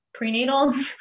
prenatals